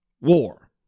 war